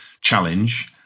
challenge